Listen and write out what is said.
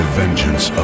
vengeance